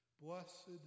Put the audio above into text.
Blessed